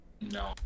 No